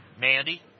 Mandy